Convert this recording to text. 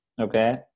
Okay